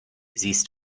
siehst